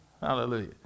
hallelujah